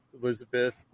Elizabeth